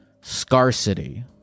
scarcity